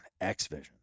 X-Vision